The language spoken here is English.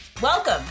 Welcome